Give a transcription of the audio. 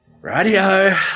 Radio